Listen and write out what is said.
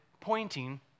pointing